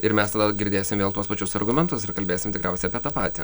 ir mes girdėsim vėl tuos pačius argumentus ir kalbėsim tikriausiai apie tą patį